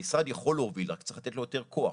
המשרד יכול להוביל, רק צריך לתת לו יותר כוח.